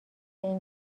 این